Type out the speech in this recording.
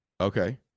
Okay